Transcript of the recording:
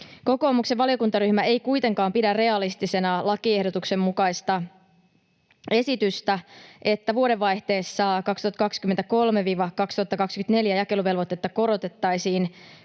Kokoomuksen valiokuntaryhmä ei kuitenkaan pidä realistisena lakiehdotuksen mukaista esitystä, että vuodenvaihteessa 2023—2024 jakeluvelvoitetta korotettaisiin